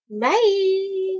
Bye